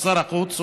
הוא שר החוץ,